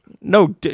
No